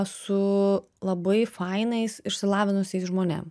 su labai fainais išsilavinusiais žmonėm